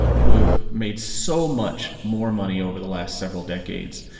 who have made so much more money over the last several decades.